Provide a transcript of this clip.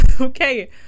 okay